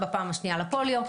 פעם שנייה לפוליו.